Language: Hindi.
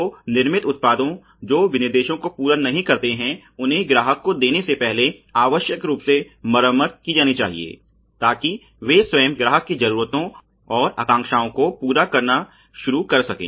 तो निर्मित उत्पादों जो विनिर्देशों को पूरा नहीं करते हैं उन्हें ग्राहक को देने से पहले आवश्यक रूप से मरम्मत की जानी चाहिए ताकि वे स्वयं ग्राहक की जरूरतों और आकांक्षाओं को पूरा करना शुरू कर सकें